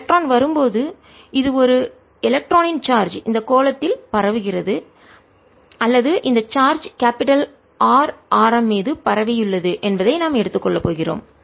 electron வரும்போது இது ஒரு எலக்ட்ரானின் சார்ஜ் இந்த கோளத்தில் பரவுகிறது அல்லது இந்த சார்ஜ் கேபிடல் R ஆரம் மீது பரவியுள்ளது என்பதை நாம் எடுத்துக் கொள்ளப் போகிறோம்